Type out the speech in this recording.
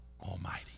Almighty